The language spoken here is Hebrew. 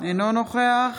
אינו נוכח